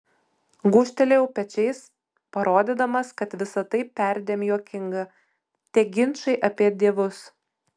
gūžtelėjau pečiais parodydamas kad visa tai perdėm juokinga tie ginčai apie dievus